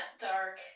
dark